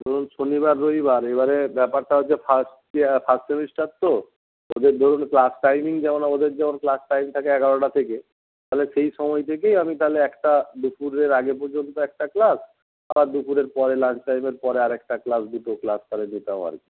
ধরুন শনিবার রবিবার এবারে ব্যাপারটা হচ্ছে ফার্স্ট ইয়ার ফার্স্ট সেমিস্টার তো ওদের ধরুন ক্লাস টাইমিং যেমন ওদের যেমন ক্লাস টাইম থাকে এগারোটা থেকে তাহলে থেকেই আমি তাহলে একটা দুপুরের আগে পর্যন্ত একটা ক্লাস আবার দুপুরের পরে লাঞ্চ টাইমের পরে আরেকটা ক্লাস দুটো ক্লাস তাহলে নিতাম আর কি